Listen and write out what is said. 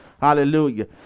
Hallelujah